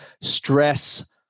stress